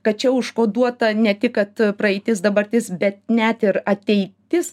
kad čia užkoduota ne tik kad praeitis dabartis bet net ir ateitis